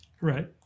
Right